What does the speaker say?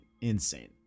insane